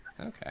Okay